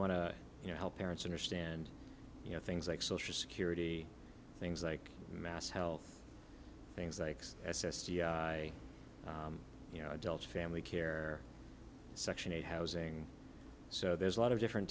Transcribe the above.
want to you know help parents understand you know things like social security things like mass health things likes s s t o you know adult family care section eight housing so there's a lot of different